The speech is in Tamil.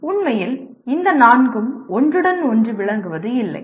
உண்மையில் இந்த நான்கும் ஒன்றுடன் ஒன்று விளங்குவது இல்லை